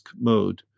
mode